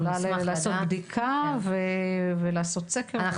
אני יכולה לעשות בדיקה ולעשות סקר ולראות.